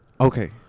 Okay